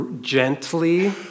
gently